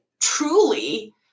truly